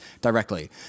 directly